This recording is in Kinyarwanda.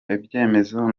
ibyemezo